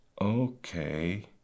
Okay